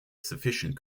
sufficient